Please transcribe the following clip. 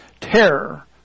Terror